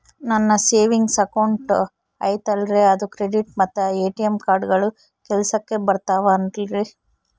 ನನ್ನ savings account ಐತಲ್ರೇ ಅದು ಕ್ರೆಡಿಟ್ ಮತ್ತ ಎ.ಟಿ.ಎಂ ಕಾರ್ಡುಗಳು ಕೆಲಸಕ್ಕೆ ಬರುತ್ತಾವಲ್ರಿ?